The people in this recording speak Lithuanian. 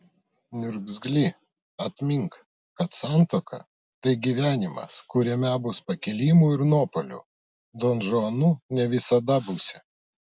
niurgzly atmink kad santuoka tai gyvenimas kuriame bus pakilimų ir nuopuolių donžuanu ne visada būsi